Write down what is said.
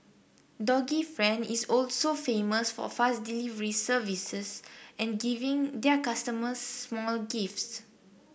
doggy friend is also famous for fast delivery services and giving their customers small gifts